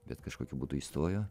bet kažkokiu būdu įstojo